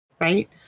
right